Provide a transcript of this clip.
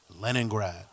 Leningrad